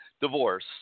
divorce